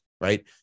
right